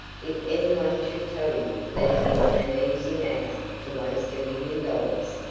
if any one should tell you that it is an easy matter to waste a million dollars,